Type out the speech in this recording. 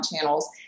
channels